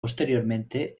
posteriormente